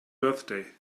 birthday